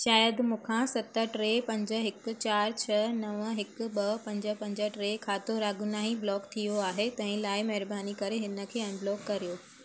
शायदि मूंखां सत टे पंज हिकु चार छह नव हिकु ॿ पंज पंज टे खातो रागुनाही ब्लॉक थी वियो आहे तंहिं लाइ महिरबानी करे इन खे अनब्लॉक करियो